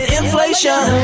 inflation